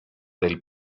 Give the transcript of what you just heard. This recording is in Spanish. del